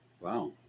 Wow